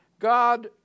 God